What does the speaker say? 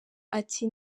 ati